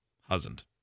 Husband